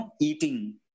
eating